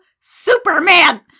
Superman